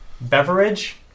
beverage